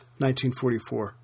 1944